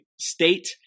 state